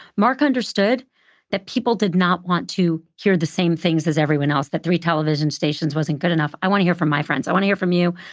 mark understood that people did not want to hear the same things as everyone else, that three television stations wasn't good enough. i wanna hear from my friends. i wanna hear from you.